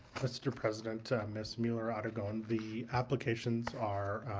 mr. president, ms. muller-aragon, the applications are